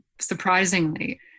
surprisingly